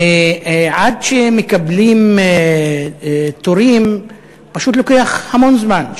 ועד שמקבלים תורים פשוט עובר המון זמן,